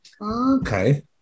Okay